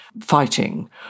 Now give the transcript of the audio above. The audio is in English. fighting